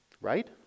Right